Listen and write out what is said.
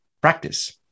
practice